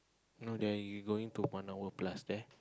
no leh you going to one hour plus there